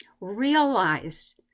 realized